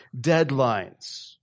deadlines